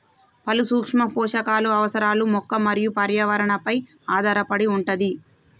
పలు సూక్ష్మ పోషకాలు అవసరాలు మొక్క మరియు పర్యావరణ పై ఆధారపడి వుంటది